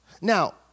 Now